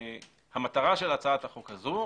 המטרה של הצעת החוק הזו,